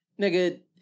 nigga